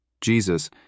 Jesus